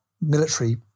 military